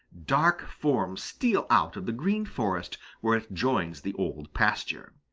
dark form steal out of the green forest where it joins the old pasture.